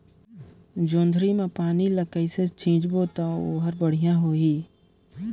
जोणी मा पानी ला कइसे सिंचबो ता ओहार बेडिया होही?